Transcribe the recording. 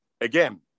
again